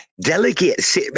Delegate